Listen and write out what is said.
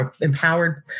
empowered